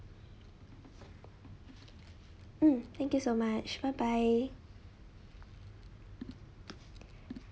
mm thank you so much bye bye